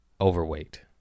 Overweight